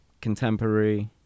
contemporary